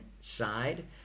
side